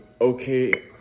okay